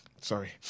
Sorry